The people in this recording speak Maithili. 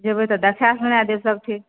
जेबै तऽ देखाए सुनाए देब सब चीज